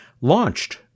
launched